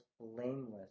blameless